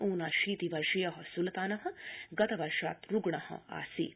ऊनाशीति वर्षीय सुल्तान गत वर्षात् रूग्ण आसीत्